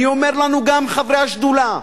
אני אומר לנו גם, חברי השדולה,